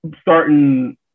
starting